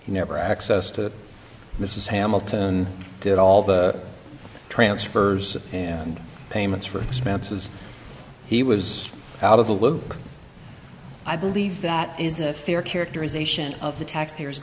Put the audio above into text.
in ever access to mrs hamilton did all the transfers and payments for expenses he was out of the loop i believe that is a fair characterization of the taxpayers